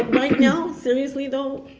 right now, seriously, though,